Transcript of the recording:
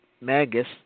Magus